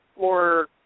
more